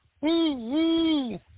Woo-woo